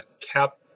cap